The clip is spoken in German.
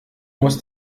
muss